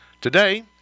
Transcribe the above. Today